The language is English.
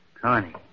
Connie